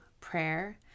prayer